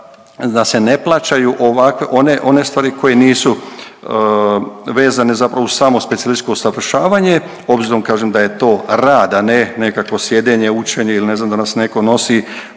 da se ne plaćaju ovak…, one, one stvari koje nisu vezane zapravo uz samo specijalističko usavršavanje obzirom kažem da je to rad, a ne nekakvo sjedenje, učenje ili ne znam da nas neko nosi